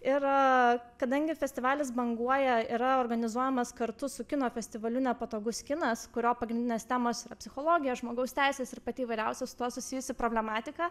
ir kadangi festivalis banguoja yra organizuojamas kartu su kino festivaliu nepatogus kinas kurio pagrindinės temos yra psichologija žmogaus teisės ir pati įvairiausia su tuo susijusi problematika